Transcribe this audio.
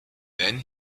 then